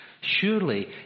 Surely